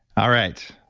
all right.